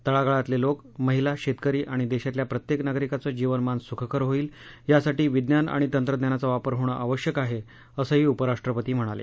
तळागाळातले लोक महिला शेतकरी आणि देशातल्या प्रत्येक नागरिकांचं जीवनमान सुखकर होईल यासाठी विज्ञान आणि तंत्रज्ञानाचा वापर होणं आवश्यक आहे असंही उपराष्ट्रपती म्हणाले